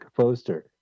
poster